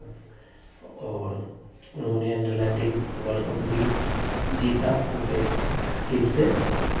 और उन्होंने under nineteen world cup भी जीता उनके टीम से